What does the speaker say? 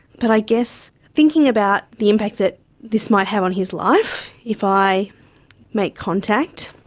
but i guess thinking about the impact that this might have on his life if i make contact,